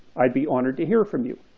i'd be honored to hear from you.